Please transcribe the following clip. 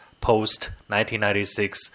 post-1996